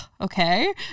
okay